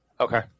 Okay